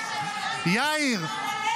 --- יאיר,